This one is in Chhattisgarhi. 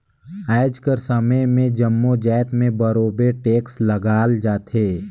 आएज कर समे में जम्मो जाएत में बरोबेर टेक्स लगाल जाथे